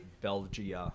belgium